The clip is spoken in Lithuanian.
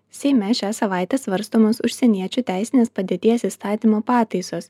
seime šią savaitę svarstomos užsieniečių teisinės padėties įstatymo pataisos